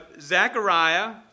Zechariah